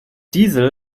diesel